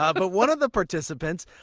ah but one of the participants,